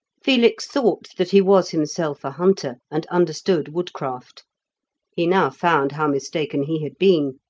felix thought that he was himself a hunter, and understood woodcraft he now found how mistaken he had been.